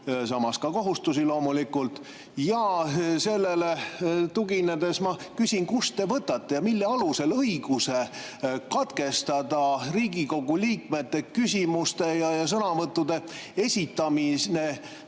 Samas ka kohustusi loomulikult. Ja sellele tuginedes ma küsin: kust te võtate ja mille alusel õiguse katkestada Riigikogu liikmete küsimuste ja sõnavõttude esitamine,